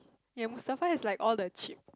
ya Mustafa has like all the cheap